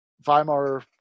Weimar